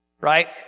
right